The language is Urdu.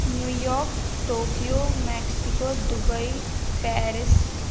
new York Tokyo Mexico Dubai Paris